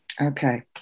Okay